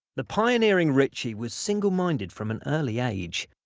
the pioneering ritchie was single-minded from an early age.